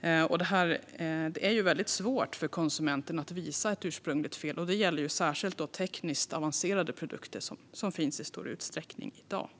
Det är väldigt svårt för konsumenten att bevisa ett ursprungligt fel, och detta gäller särskilt tekniskt avancerade produkter, som finns i stor utsträckning i dag.